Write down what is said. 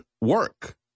work